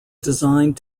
designed